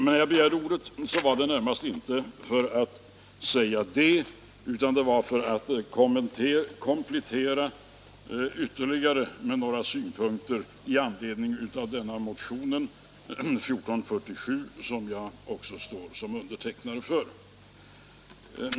När jag begärde ordet var det emellertid inte närmast för att säga detta utan för att komplettera med ytterligare några synpunkter i anledning av motionen 1447, som jag varit med om att underteckna.